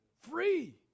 Free